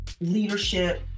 leadership